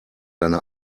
deine